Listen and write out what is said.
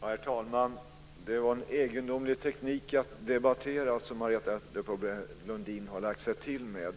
Herr talman! Det är en egendomlig teknik att debattera som Marietta de Pourbaix-Lundin har lagt sig till med.